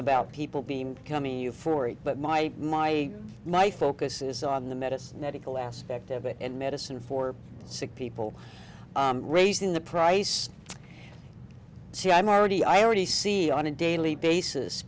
about people being comey you for it but my my my focus is on the medicine medical aspect of it and medicine for sick people raising the price see i'm already i already see on a daily basis